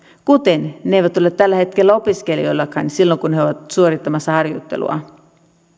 kuten ne eivät ole tällä hetkellä opiskelijoillakaan silloin kun he ovat suorittamassa harjoittelua